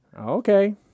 okay